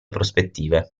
prospettive